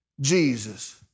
Jesus